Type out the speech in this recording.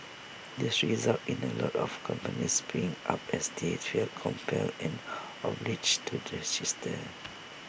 this resulted in A lot of companies paying up as they felt compelled and obliged to register